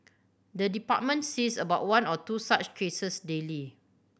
the department sees about one or two such cases daily